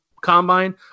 combine